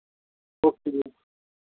okay ਜੀ